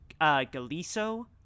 Galiso